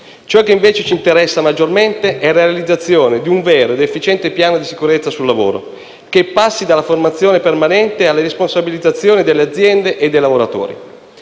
Ciò che invece ci interessa maggiormente è la realizzazione di un vero ed efficiente piano di sicurezza sul lavoro che passi dalla formazione permanente alla responsabilizzazione delle aziende e dei lavoratori.